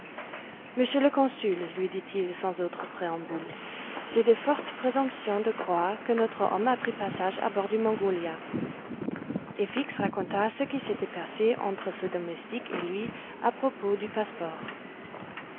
monsieur le consul lui dit-il sans autre préambule j'ai de fortes présomptions de croire que notre homme a pris passage à bord du mongolia et fix raconta ce qui s'était passé entre ce domestique et lui à propos du passeport